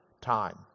time